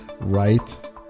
right